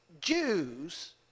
Jews